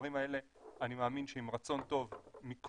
הדברים האלה אני מאמין שעם רצון טוב מכל